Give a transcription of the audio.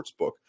Sportsbook